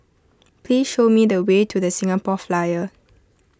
please show me the way to the Singapore Flyer